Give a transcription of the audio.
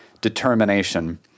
determination